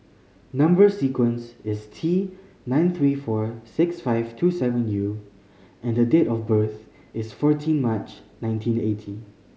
number sequence is T nine three four six five two seven U and date of birth is fourteen March nineteen eighty